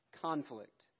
conflict